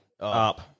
up